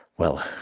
well,